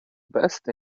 best